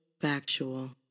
factual